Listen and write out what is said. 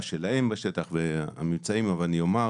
שלהם בשטח עם הממצאים אך קודם אומר